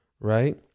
right